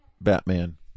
Batman